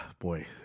boy